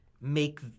make